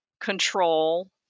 control